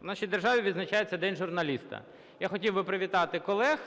в нашій державі відзначається День журналіста. Я хотів би привітати колег.